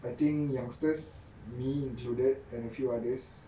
I think youngsters me included and few others